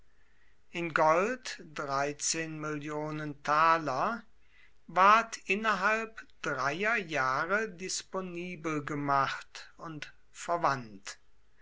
in gold sester ward innerhalb dreier jahre disponibel gemacht und verwandt